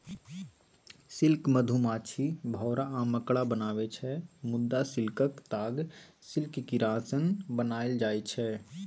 silk मधुमाछी, भौरा आ मकड़ा बनाबै छै मुदा सिल्कक ताग सिल्क कीरासँ बनाएल जाइ छै